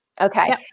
Okay